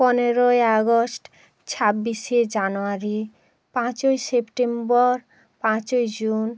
পনেরোই আগস্ট ছাব্বিশে জানুয়ারি পাঁচই সেপ্টেম্বর পাঁচই জুন